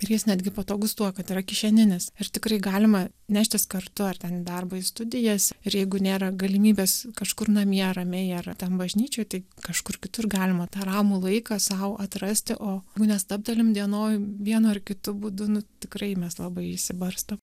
ir jis netgi patogus tuo kad yra kišeninis ir tikrai galima neštis kartu ar ten į darbą į studijas ir jeigu nėra galimybės kažkur namie ramiai ar ten bažnyčioj tai kažkur kitur galima tą ramų laiką sau atrasti o nestabtelim dienoj vienu ar kitu būdu nu tikrai mes labai išsibarstom